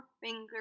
finger